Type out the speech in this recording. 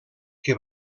que